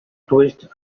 twitched